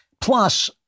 Plus